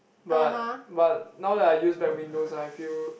but but now that I use back Windows ah I feel